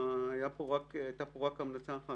הייתה פה רק המלצה אחת